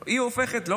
הופכת,